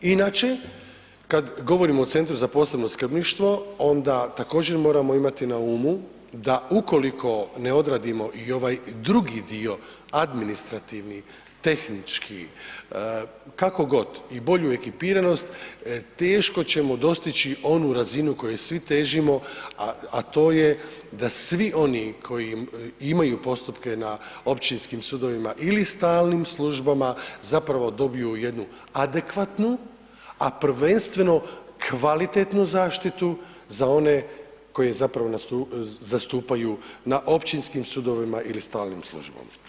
Inače, kad govorimo o Centru za posebno skrbništvo onda također moramo imati na umu, da ukoliko ne odradimo i ovaj drugi dio administrativni, tehnički, kako god i bolju ekipiranost teško ćemo dostići onu razinu kojoj svi težimo, a to je da svi oni koji imaju postupke na općinskim sudovima ili stalnim službama zapravo dobiju jednu adekvatnu, a prvenstveno kvalitetnu zaštitu za one koje zapravo zastupaju na općinskim sudovima ili stalim službama.